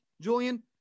Julian